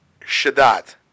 Shadat